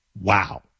wow